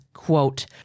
Quote